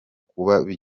kuba